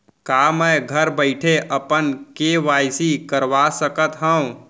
का मैं घर बइठे अपन के.वाई.सी करवा सकत हव?